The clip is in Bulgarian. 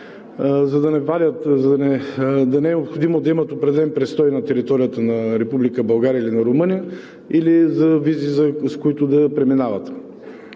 да не е необходимо да имат определен престой на територията на Република България или Румъния, или визи, с които да преминават.